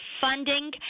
funding